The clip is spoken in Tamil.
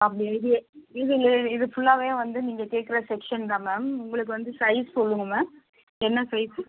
அப்படி எழுது இதில் இது ஃபுல்லாவே வந்து நீங்கள் கேட்குற செக்ஷன் தான் மேம் உங்களுக்கு வந்து சைஸ் சொல்லுங்கள் மேம் என்ன சைஸ்ஸு